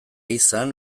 izan